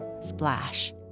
splash